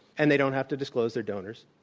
and they don't have to disclose their donors.